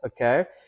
okay